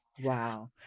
Wow